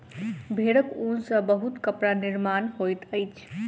भेड़क ऊन सॅ बहुत कपड़ा निर्माण होइत अछि